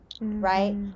right